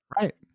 Right